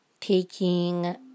taking